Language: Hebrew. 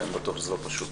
אני בטוח שזה לא פשוט.